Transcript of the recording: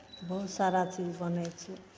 बहुत सारा चीज बनै छै